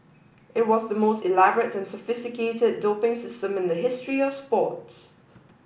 it was the most elaborate and sophisticated doping system in the history of sports